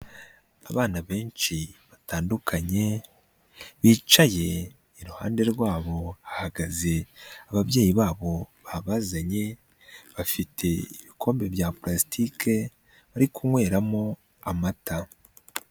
Abana benshi batandukanye bicaye, iruhande rwabo hahagaze ababyeyi babo babazanye, bafite ibikombe bya palasitike, bari kunyweramo amata.